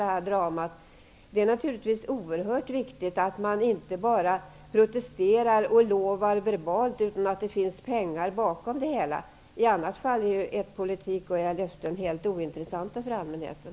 Det är naturligtvis oerhört viktigt att inte bara protestera mot något och verbalt lova något utan att det finns medel därtill. I annat fall är socialdemokratins politik och löften helt ointressanta för allmänheten.